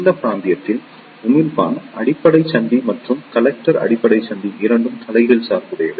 இந்த பிராந்தியத்தில் உமிழ்ப்பான் அடிப்படை சந்தி மற்றும் கலெக்டர் அடிப்படை சந்தி இரண்டும் தலைகீழ் சார்புடையவை